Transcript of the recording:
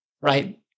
right